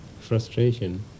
frustration